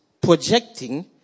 projecting